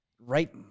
right